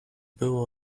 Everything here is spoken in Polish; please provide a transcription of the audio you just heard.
było